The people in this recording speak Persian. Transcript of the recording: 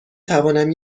توانم